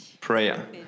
prayer